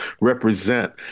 represent